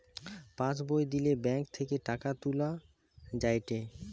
pass বই দিলে bank থেকে টাকা তুলা যায়েটে